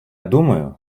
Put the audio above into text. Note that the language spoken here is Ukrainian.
думаю